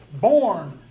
born